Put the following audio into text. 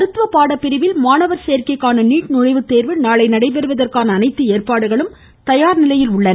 மருத்துவ பாட பிரிவில் மாணவர் சோக்கைக்கான நீட் நுழைவுத்தோ்வு நாளை நடைபெறுவதற்கான அனைத்து ஏற்பாடுகளும் தயார் நிலையில் உள்ளன